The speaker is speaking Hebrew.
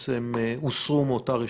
שבעצם הוסרו מאותה רשימה?